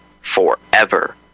Forever